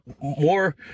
more